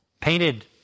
painted